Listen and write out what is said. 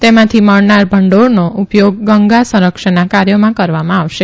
તેમાંથી મળનાર ભંડોળનો ઉપયોગ ગંગા સંરક્ષણના કાર્યોમાં કરવામાં આવશે